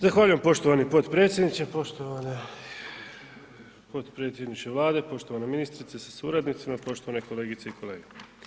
Zahvaljujem poštovani potpredsjedniče, poštovani potpredsjedniče Vlade, poštovana ministrice sa suradnicima, poštovane kolegice i kolege.